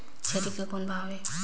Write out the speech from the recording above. छेरी के कौन भाव हे?